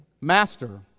Master